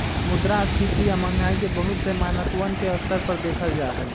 मुद्रास्फीती या महंगाई के बहुत से मानकवन के स्तर पर देखल जाहई